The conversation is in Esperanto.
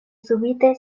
subite